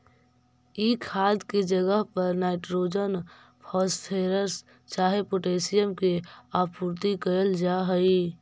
ई खाद के जगह पर नाइट्रोजन, फॉस्फोरस चाहे पोटाशियम के आपूर्ति कयल जा हई